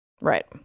Right